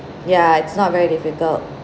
ya it's not very difficult